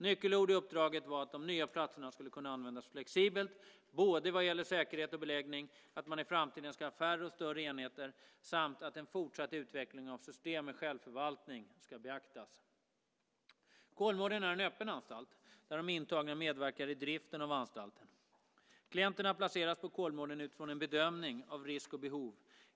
Nyckelord i uppdraget var att de nya platserna skulle kunna användas flexibelt både vad gäller säkerhet och beläggning, att man i framtiden ska ha färre och större enheter samt att en fortsatt utveckling av system med självförvaltning ska beaktas. Kolmården är en öppen anstalt, där de intagna medverkar i driften av anstalten. Klienterna placeras på Kolmården utifrån en bedömning av risk och behov.